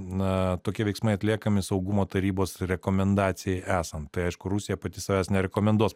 na tokie veiksmai atliekami saugumo tarybos rekomendacijai esant tai aišku rusija pati savęs nerekomenduos